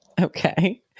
Okay